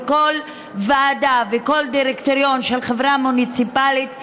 וכל ועדה וכל דירקטוריון של חברה מוניציפלית,